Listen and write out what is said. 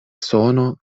sono